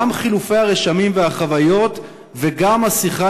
גם חילופי הרשמים והחוויות וגם השיחה